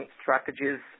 strategies